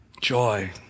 Joy